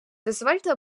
дозвольте